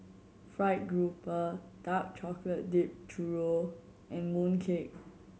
fried grouper dark chocolate dip churro and mooncake